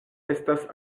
estas